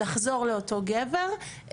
לחזור לאותו גבר,